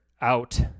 out